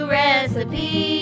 recipe